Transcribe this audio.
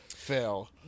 fail